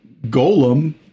golem